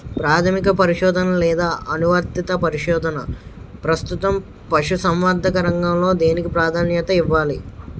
ప్రాథమిక పరిశోధన లేదా అనువర్తిత పరిశోధన? ప్రస్తుతం పశుసంవర్ధక రంగంలో దేనికి ప్రాధాన్యత ఇవ్వాలి?